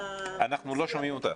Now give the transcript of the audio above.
הפתיחה.